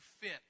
fit